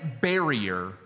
barrier